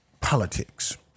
politics